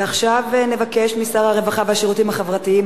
עכשיו נבקש משר הרווחה והשירותים החברתיים,